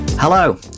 Hello